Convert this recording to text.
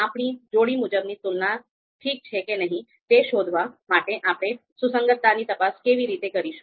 આપણી જોડી મુજબની તુલના ઠીક છે કે નહીં તે શોધવા માટે આપણે સુસંગતતા ની તપાસ કેવી રીતે કરીશું